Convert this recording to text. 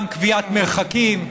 גם קביעת מרחקים.